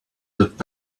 that